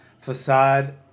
facade